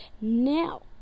Now